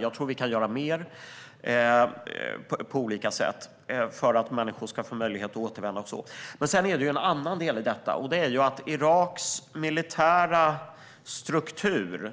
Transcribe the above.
Jag tror att vi på olika sätt kan göra mer för att människor ska få möjlighet att återvända. Sedan är det en annan del i detta. Iraks militära struktur